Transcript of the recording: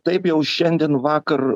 taip jau šiandien vakar